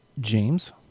James